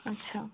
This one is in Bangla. আচ্ছা